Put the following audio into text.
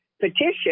petition